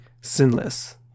sinless